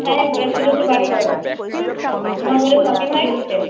হ্যাঁ তো পুজোতে বাড়িই যাব তোমার পুজোর শপিং হয়ে গেছে